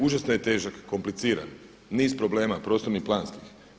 Užasno je težak i kompliciran, niz problema prostornih i planskih.